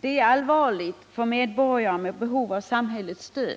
Det är allvarligt för medborgare med behov av samhällets stöd —